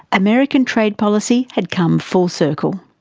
american trade policy had come full circle.